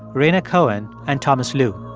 rhaina cohen and thomas lu.